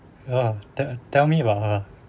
uh tell tell me about her